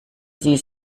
sie